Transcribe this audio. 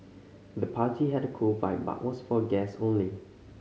the party had a cool vibe but was for guests only